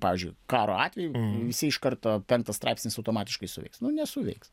pavyzdžiui karo atveju visi iš karto penktas straipsnis automatiškai suveiks nesuveiks